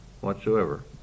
whatsoever